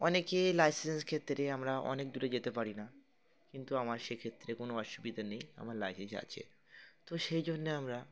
অনেকে লাইসেন্সের ক্ষেত্রে আমরা অনেক দূরে যেতে পারি না কিন্তু আমার সে ক্ষেত্রে কোনো অসুবিধা নেই আমার লাইসেন্স আছে তো সেই জন্যে আমরা